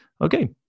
Okay